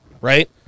right